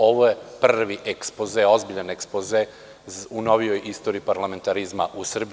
Ovo je prvi ekspoze, ozbiljan ekspoze u novijoj istoriji parlamentarizma u Srbiji.